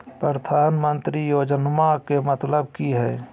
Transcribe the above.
प्रधानमंत्री योजनामा के मतलब कि हय?